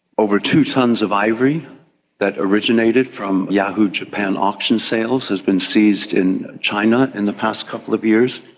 over two tonnes of ivory that originated from yahoo japan auction sales has been seized in china in the past couple of years.